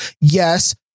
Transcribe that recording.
yes